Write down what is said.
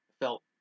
felt